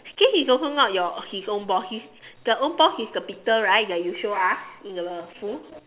this is also not your his own boss his the own boss is the Peter right that you show us in the phone